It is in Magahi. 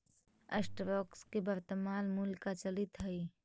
स्टॉक्स के वर्तनमान मूल्य का चलित हइ